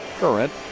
current